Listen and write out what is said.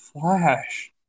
Flash